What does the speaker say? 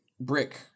brick